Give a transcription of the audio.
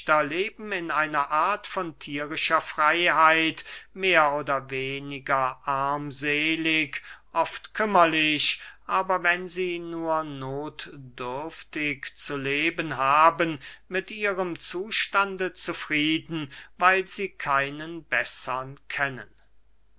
leben in einer art von thierischer freyheit mehr oder weniger armselig oft kümmerlich aber wenn sie nur nothdürftig zu leben haben mit ihrem zustande zufrieden weil sie keinen bessern kennen